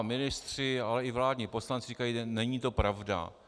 Ministři, ale i vládní poslanci říkají, že to není pravda.